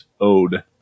ode